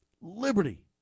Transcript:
liberty